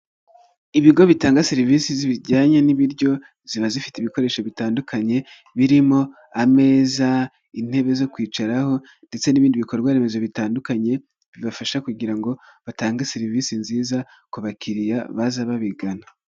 Ibigo bitanga serivisi zijyanye n'ibiryo, ziba zifite ibikoresho bitandukanye, birimo ameza, intebe zo kwicaraho ndetse n'ibindi bikorwaremezo bitandukanye, bibafasha kugira ngo batange serivisi nziza ku bakiriya baza babigana.